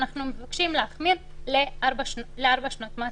אנחנו מבקשים להחמיר לארבע שנות מאסר.